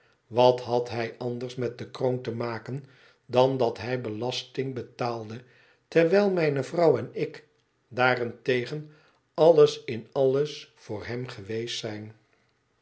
wat had hij anders met de kroon te maken dan dat hij belasting betaalde terwijl mijne vrouw en ik daarentegen alles in alles voor hem geweest zijn